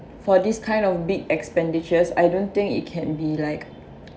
for this kind of big expenditures I don't think it can be like